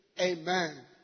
Amen